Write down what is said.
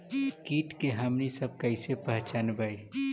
किट के हमनी सब कईसे पहचनबई?